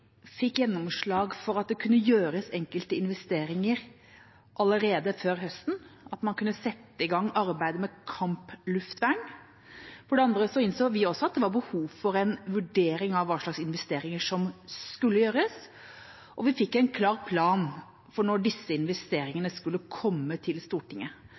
fikk gjennomslag for at det kunne gjøres enkelte investeringer allerede før høsten, at man kunne sette i gang arbeidet med kampluftvern. For det andre innså vi også at det var behov for en vurdering av hva slags investeringer som skulle gjøres. Vi fikk en klar plan for når disse investeringene skulle komme til Stortinget.